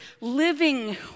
living